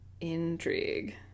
Intrigue